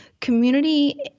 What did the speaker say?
Community